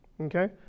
Okay